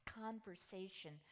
conversation